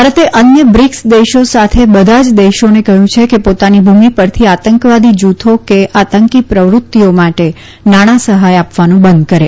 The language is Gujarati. ભારતે અન્ય બ્રિકસ દેશો સાથે બધા જ દેશોને કહ્યું છે કે પોતાની ભૂમિ પરથી આતંકવાદી જુથો કે આતંકી પ્રવૃતિઓ માટે નાણાં સહાય આપવાનું બંધ કરે